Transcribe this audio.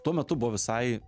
tuo metu buvo visai